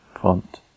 font